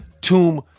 Tomb